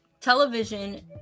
television